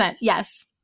yes